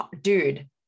dude